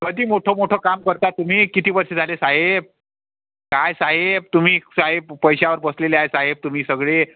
कधी मोठं मोठं काम करता तुम्ही किती वर्षं झाले साहेब काय साहेब तुम्ही साहेब पैशावर पोसलेले आहे साहेब तुम्ही सगळे